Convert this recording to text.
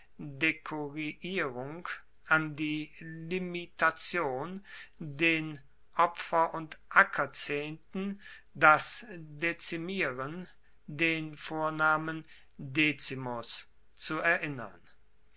dekuriierung an die limitation den opfer und ackerzehnten das dezimieren den vornamen decimus zu erinnern